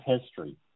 history